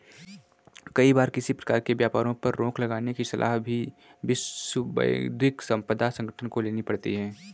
कई बार किसी प्रकार के व्यापारों पर रोक लगाने की सलाह भी विश्व बौद्धिक संपदा संगठन को लेनी पड़ती है